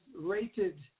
rated